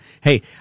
Hey